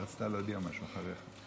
היא רצתה להודיע משהו קודם.